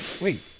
Wait